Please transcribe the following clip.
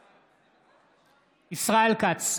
בעד ישראל כץ,